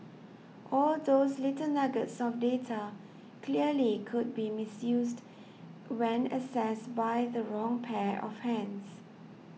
all those little nuggets of data clearly could be misused when accessed by the wrong pair of hands